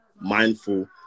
mindful